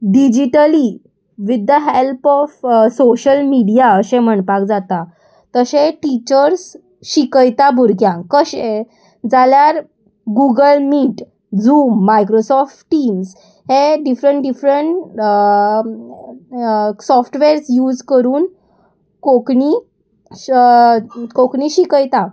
digitally with the help of social media अशें म्हणपाक जाता तशें टिचर्स शिकयता भुरग्यांक कशें जाल्यार Google Meet Zoom Microsoft Teams हे डिफरंट डिफरंट सॉफ्टवेर्स यूज करून कोंकणी कोंकणी शिकयता